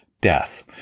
death